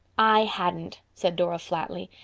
i hadn't, said dora flatly.